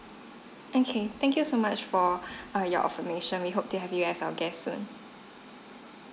okay thank you so much for err your affirmation we hope to have you as our guest soon